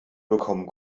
bekommen